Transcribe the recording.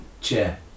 Chair